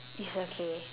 it's okay